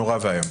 נורא ואיום.